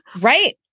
Right